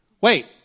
Wait